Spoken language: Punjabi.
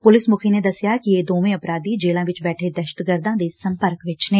ਪੁਲਿਸ ਮੁਖੀ ਨੇ ਦਸਿਆ ਕਿ ਇਹ ਦੋਵੇਂ ਅਪਰਾਧੀ ਜੇਲੁਾਂ ਵਿਚ ਬੈਠੇ ਦਹਿਸ਼ਤਗਰਦਾਂ ਦੇ ਸੰਪਰਕ ਵਿਚ ਨੇ